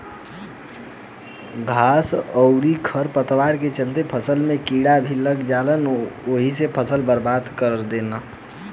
घास अउरी खर पतवार के चलते फसल में कीड़ा भी लाग जालसन अउरी फसल के बर्बाद कर देलसन